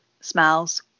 smells